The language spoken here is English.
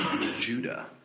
Judah